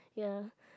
ya